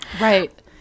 Right